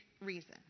reason